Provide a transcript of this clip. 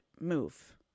move